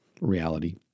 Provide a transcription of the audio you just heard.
reality